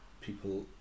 people